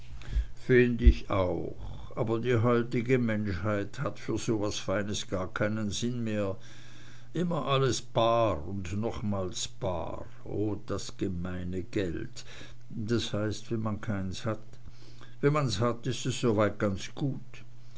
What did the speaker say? find ich auch aber die heutige menschheit hat für so was feines gar keinen sinn mehr immer alles bar und nochmal bar oh das gemeine geld das heißt wenn man keins hat wenn man's hat ist es soweit ganz gut